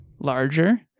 larger